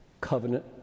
covenant